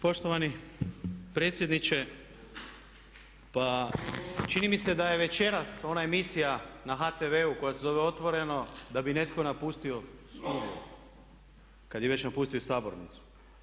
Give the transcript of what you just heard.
Poštovani predsjedniče pa čini mi se da je večeras ona emisija na HTV-u koja se zove Otvoreno da bi netko napustio studio kad je već napustio sabornicu.